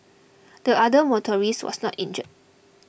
the other motorist was not injured